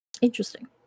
Interesting